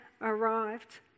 arrived